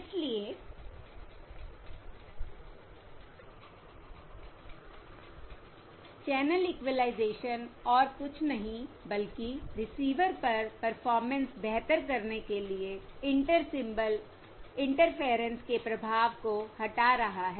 इसलिए channel equalisation और कुछ नहीं बल्कि रिसीवर पर परफॉर्मेंस बेहतर करने के लिए इंटर सिंबल इंटरफेयरेंस के प्रभाव को हटा रहा है